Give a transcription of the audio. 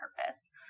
purpose